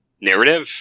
narrative